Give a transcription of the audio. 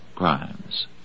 Crimes